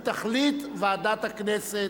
עובר לוועדת הכנסת,